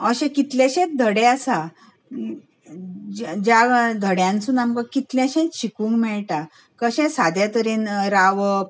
अशें कितलेशेंच धडे आसात ज्या धड्यानसून आमकां कितलेशेंच शिकूंक मेळटा कशें साद्या तरेन रावप